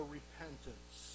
repentance